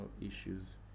issues